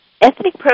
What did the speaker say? ethnic